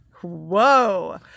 Whoa